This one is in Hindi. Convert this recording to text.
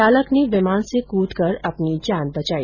चालक ने विमान से कूदकर अपनी जान बचाई